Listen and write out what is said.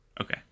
okay